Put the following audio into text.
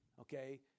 okay